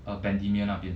bendemeer 那边